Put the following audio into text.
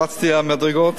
רצתי במדרגות.